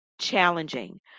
challenging